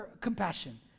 compassion